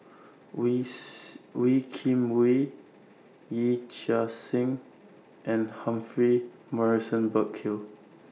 with Wee Kim Wee Yee Chia Hsing and Humphrey Morrison Burkill